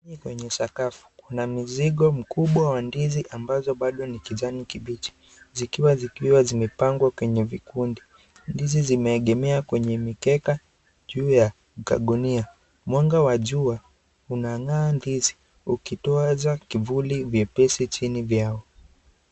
Kwenye sakafu kuna mzingo mkubwa wa ndizi ambazo bado ni kijani kibichi zikiwa zimepangewa kwenye vikundi ,ndizi zimeegemea kweye mikeka juu ya kagunia mwanga wa jua unagaa ukitawasa kifuli mwepesi chini yao.